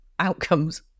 outcomes